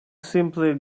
simply